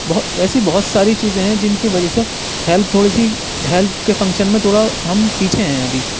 بہو ایسی بہت ساری چیزیں ہیں جن کی وجہ سے ہیلتھ تھوڑی سی ہیلتھ کے فنکشن میں تھوڑا ہم پیچھے ہیں ابھی